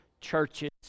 churches